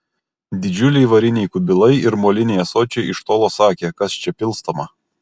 didžiuliai variniai kubilai ir moliniai ąsočiai iš tolo sakė kas čia pilstoma